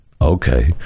okay